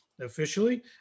officially